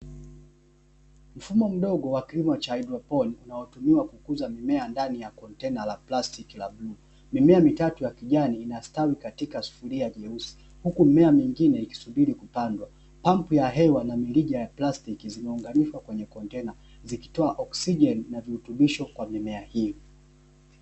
Mfumo mdogo wa kilimo cha haidroponi, unaotumiwa kukuza mimea ndani ya kontena la plastiki la bluu, mimea mitatu ya kijani inastwawi katika sufuria jeusi, huku mimea mingine ikisubiri kupandwa, pampu ya hewa na mirija ya plastiki zimeunganishwa kwenye kontena zikitoa oksijeni na virutubisho kwa mimea hiyo.